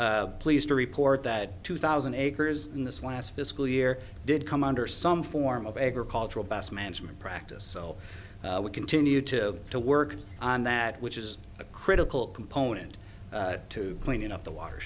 pleased to report that two thousand acres in this last fiscal year did come under some form of agricultural best management practice so we continue to to work on that which is a critical component to cleaning up the water